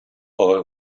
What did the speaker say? oil